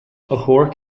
achomhairc